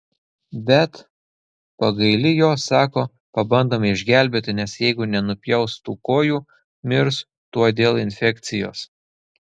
bet pagaili jo sako pabandome išgelbėti nes jeigu nenupjaus tų kojų mirs tuoj dėl infekcijos